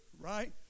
Right